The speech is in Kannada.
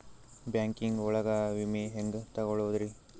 ಬ್ಯಾಂಕಿಂಗ್ ಒಳಗ ವಿಮೆ ಹೆಂಗ್ ತೊಗೊಳೋದ್ರಿ?